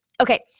Okay